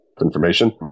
information